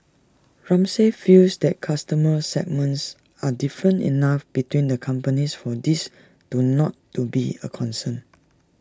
Ramsay feels that customer segments are different enough between the companies for this to not T to be A concern